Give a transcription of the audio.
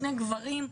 שני גברים,